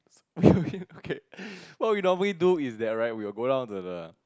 okay okay what we normally do is that right we will go down to the